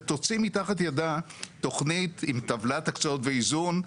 ותוציא תחת ידה תוכנית עם טבלת הקצאות ואיזון,